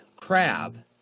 crab